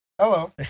Hello